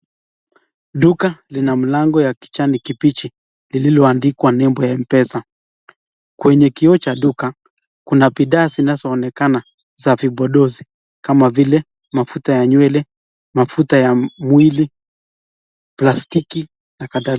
Duka Lina mlango wa Kijani kibichi lililo andikwa nembo ya Mpesa. Kwenye kioo Cha duke Kuna bidhaa zinazo onekana za vipodozi kama vile, mafuta ya nywele, mafuta ya mwili, plastiki na kadhalika.